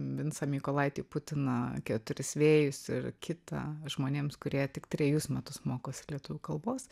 vincą mykolaitį putiną keturis vėjus ir kitą žmonėms kurie tik trejus metus mokosi lietuvių kalbos